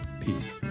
Peace